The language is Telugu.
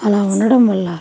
అలా ఉండటం వల్ల